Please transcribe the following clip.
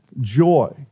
joy